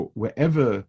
wherever